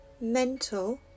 mental